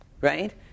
right